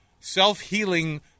self-healing